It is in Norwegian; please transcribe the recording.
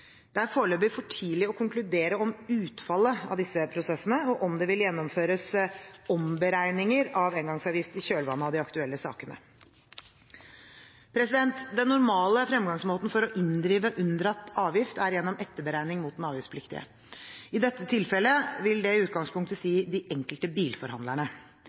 Det er foreløpig for tidlig å konkludere om utfallet av disse prosessene og om det vil gjennomføres omberegninger av engangsavgift i kjølvannet av de aktuelle sakene. Den normale fremgangsmåten for å inndrive unndratt avgift er gjennom etterberegning mot den avgiftspliktige. I dette tilfellet vil det i utgangspunktet si de enkelte bilforhandlerne.